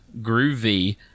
Groovy